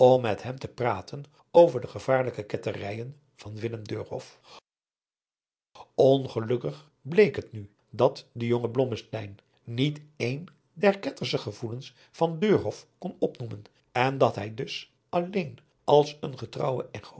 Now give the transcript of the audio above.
met hem te praten over de gevaarlijke ketterijen van willem deurhoff ongelukkig bleek het nu dat adriaan loosjes pzn het leven van johannes wouter blommesteyn de jonge blommesteyn niet een der kettersche gevoelens van deurhoff kon opnoemen en dat hij dus alleen als een getrouwe